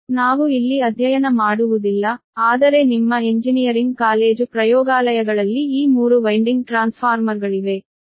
ನಾವು ಇಲ್ಲಿ ಅಧ್ಯಯನ ಮಾಡುವುದಿಲ್ಲ ಆದರೆ ನಿಮ್ಮ ಇಂಜಿನಿಯರಿಂಗ್ ಕಾಲೇಜು ಪ್ರಯೋಗಾಲಯಗಳಲ್ಲಿ ಈ ಮೂರು ವೈನ್ಡಿಂಗ್ ಟ್ರಾನ್ಸ್ಫಾರ್ಮರ್ಗಳಿವೆ